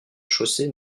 chaussée